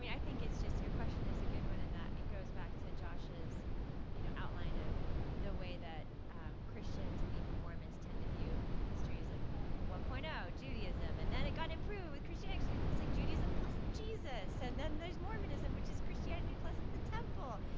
mean, i think it's just, your question is a good one in that it goes back to josh's you know outline of the way that christians and even mormons tend to view history as like one point zero judaism, and then it got improved with christianity. it's like judaism plus jesus. and then there's mormonism, which is christianity plus the temple,